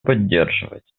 поддерживать